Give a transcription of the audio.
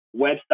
website